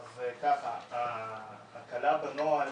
ההקלה בנוהל